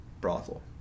brothel